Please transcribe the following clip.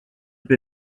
have